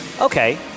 Okay